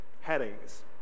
headings